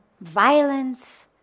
violence